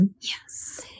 yes